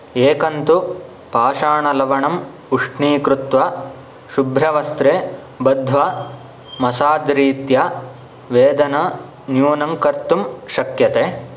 एकं तु पाषाणलवणम् उष्णीकृत्वा शुभ्रवस्त्रे बध्वा मसाज्रीत्या वेदनं न्यूनं कर्तुं शक्यते